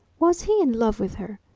was he in love with her?